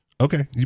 Okay